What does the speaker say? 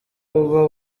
uba